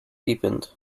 deepened